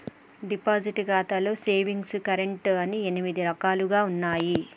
deposit ఖాతాలో savings current అని ఎనిమిది రకాలుగా ఉన్నయి